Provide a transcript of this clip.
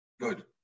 Good